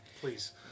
please